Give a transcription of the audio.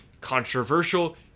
controversial